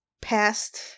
past